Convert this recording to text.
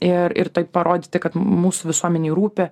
ir ir taip parodyti kad mūsų visuomenei rūpi